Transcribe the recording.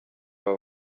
aba